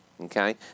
Okay